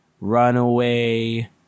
runaway